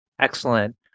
Excellent